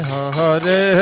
Hare